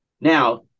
Now